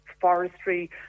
forestry